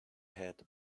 head